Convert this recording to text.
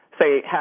say